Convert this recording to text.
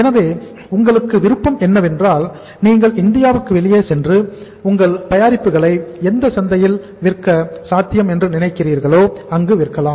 எனவே உங்களுக்கு விருப்பம் என்னவென்றால் நீங்கள் இந்தியாவுக்கு வெளியே சென்று உங்கள் தயாரிப்புகளை எந்த சந்தையில் விற்க சாத்தியம் என்று நினைக்கிறீர்களோ அங்கு விற்கலாம்